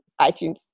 iTunes